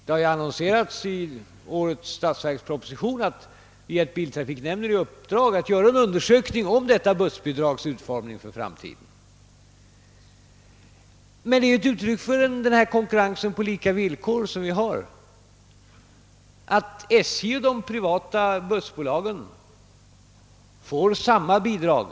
Det har emellertid i årets statsverksproposition meddelats att biltrafiknämnden fått i uppdrag att göra en undersökning om bussbidragets utformning för framtiden. Det är ett uttryck för principen om konkurrens på lika villkor, att SJ och de privata bussbolagen får samma bidrag.